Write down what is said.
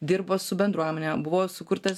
dirbo su bendruomene buvo sukurtas